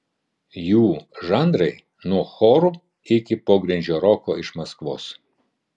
jų žanrai nuo chorų iki pogrindžio roko iš maskvos